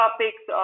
Topics